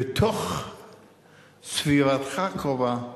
בתוך סביבתך הקרובה,